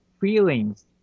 feelings